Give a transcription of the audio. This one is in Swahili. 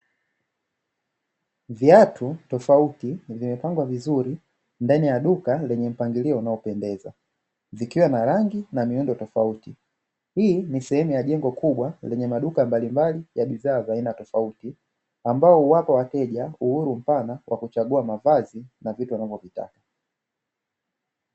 Viatu tofauti zimepangwa vizuri ndani ya duka lenye mpangilio unaopendeza, zikiwa na rangi na miundo tofauti, hii ni sehemu ya jengo kubwa lenye maduka mbalimbali ya bidhaa za aina tofauti, ambao huwapa wateja uhuru mpana kwa kuchagua mavazi na vitu wanavyovitaka.